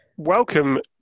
Welcome